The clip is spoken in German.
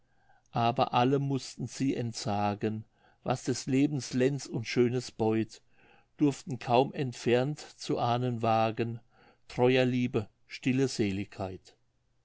aber allem mußten sie entsagen was des lebens lenz uns schönes beut durften kaum entfernt zu ahnen wagen treuer liebe stille seligkeit